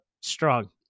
strong